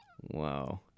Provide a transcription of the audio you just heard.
Wow